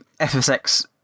FSX